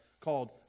called